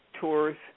tours